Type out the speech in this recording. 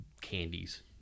candies